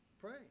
pray